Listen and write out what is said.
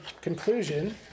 conclusion